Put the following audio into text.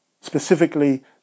specifically